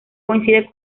coinciden